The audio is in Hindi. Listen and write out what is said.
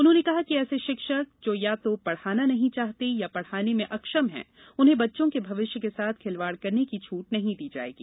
उन्होंने कहा कि ऐसे शिक्षक जो या तो पढ़ाना नहीं चाहते या पढ़ाने में अक्षम हैं उन्हे बच्चों के भविष्य के साथ खिलवाड़ करने की छूट नहीं दी जाएगी